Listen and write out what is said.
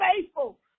faithful